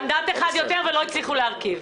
מנדט אחד יותר ולא הצליחו להרכיב.